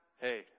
hey